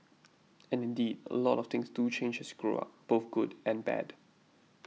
and indeed a lot of things do change as you grow up both good and bad